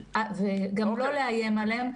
וגם לא לאיים עליהם.